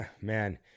man